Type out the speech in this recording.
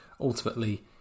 ultimately